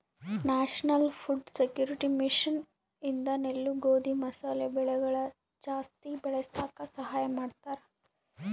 national food security mission ಇಂದ ನೆಲ್ಲು ಗೋಧಿ ಮಸಾಲೆ ಬೆಳೆಗಳನ ಜಾಸ್ತಿ ಬೆಳಸಾಕ ಸಹಾಯ ಮಾಡ್ತಾರ